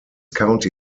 county